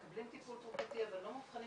מקבלים טיפול תרופתי אבל לא מאובחנים